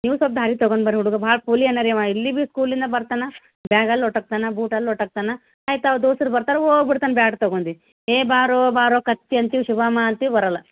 ನೀವು ಸೊಲ್ಪ ದಾರಿಗೆ ತಗೊಂಡು ಬರ್ರಿ ಹುಡ್ಗು ಬಾರ್ ಪೋಲಿ ಅನ್ನಾರಿ ಅವಾ ಇಲ್ಲಿಗು ಸ್ಕೂಲಿಂದ ಬರ್ತಾನ ಬ್ಯಾಗಲ್ಲಿ ಹೋರ್ಟೋಕ್ತಾನ ಬೂಟಲ್ಲಿ ಹೋರ್ಟೋಕ್ತಾನ ಆಯ್ತು ಅವ್ನ ದೋಸ್ತರು ಬರ್ತಾರ ಹೋಗ್ಬಿಡ್ತಾನ ಬ್ಯಾಟ್ ತಗೊಂಡು ಏ ಬಾರೋ ಬಾರೋ ಕತ್ತಿ ಅಂತೀವಿ ಶಿವಮ್ಮ ಅಂತೀವಿ ಬರಲ್ಲ